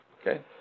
Okay